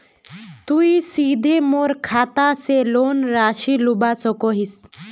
तुई सीधे मोर खाता से लोन राशि लुबा सकोहिस?